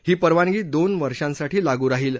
ही परवानगी दोन वर्षांसाठी लागू राहील